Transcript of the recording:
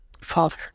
father